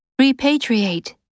Repatriate